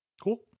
Cool